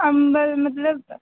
अम्बल मतलब